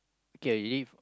okay usually